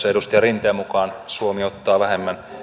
edustaja rinteen mukaan suomi ottaa vähemmän